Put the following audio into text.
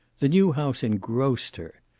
the new house engrossed her.